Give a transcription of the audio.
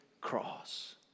cross